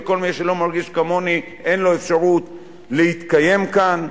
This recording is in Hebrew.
וכל מי שלא מרגיש כמוני אין לו אפשרות להתקיים כאן.